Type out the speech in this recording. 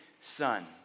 son